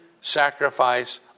sacrifice